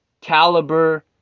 caliber